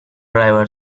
driver